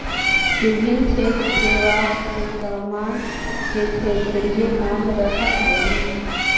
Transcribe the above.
विभिन्न क्षेत्र के बाँस के सामान के क्षेत्रीय नाम रहऽ हइ